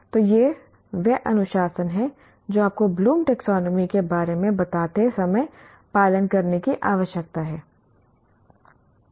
तो यह वह अनुशासन है जो आपको ब्लूम टैक्सोनॉमी Bloom's taxonomy के बारे में बताते समय पालन करने की आवश्यकता है